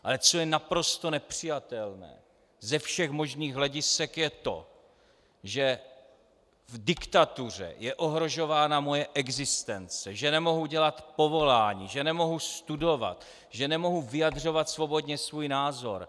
Ale co je naprosto nepřijatelné ze všech možných hledisek, je to, že v diktatuře je ohrožována moje existence, že nemohu dělat povolání, že nemohu studovat, že nemohu vyjadřovat svobodně svůj názor.